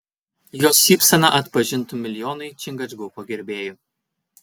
jos šypseną atpažintų milijonai čingačguko gerbėjų